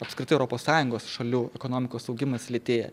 apskritai europos sąjungos šalių ekonomikos augimas lėtėja